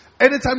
Anytime